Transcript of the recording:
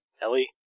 Ellie